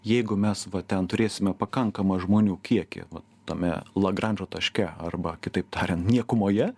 jeigu mes va ten turėsime pakankamą žmonių kiekį va tame lagranžo taške arba kitaip tariant niekumoje